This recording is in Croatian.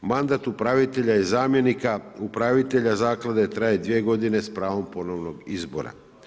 Mandat upravitelja i zamjenika upravitelja zaklade traje dvije godine s pravom ponovnog izbora.